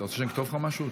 לכתוב לך משהו?